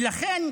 ולכן,